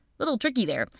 little tricky there.